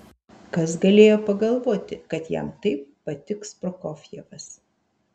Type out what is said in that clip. kas galėjo pagalvoti kad jam taip patiks prokofjevas